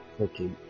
Okay